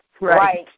Right